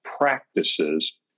practices